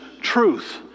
truth